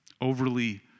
overly